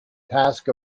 task